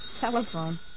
telephone